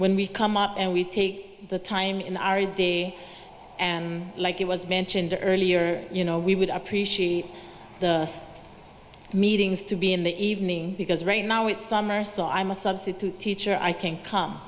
when we come up and we take the time in our day like it was mentioned earlier you know we would appreciate the meetings to be in the evening because right now it's summer so i'm a substitute teacher i can come